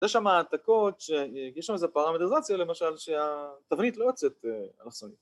‫יש שם העתקות שיש שם איזו פרמטריזציה, ‫למשל שהתבנית לא יוצאת אלכסונית.